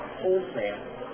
wholesale